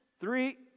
three